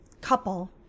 couple